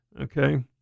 okay